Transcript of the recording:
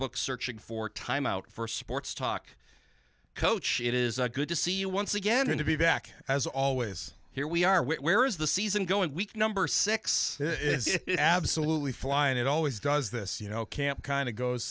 book searching for time out for sports talk coach it is a good to see you once again and to be back as always here we are where is the season going week number six absolutely fly and it always does this you know camp kind of goes